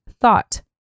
thought